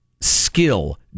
skill